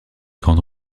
grandes